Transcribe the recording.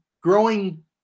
growing